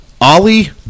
Ollie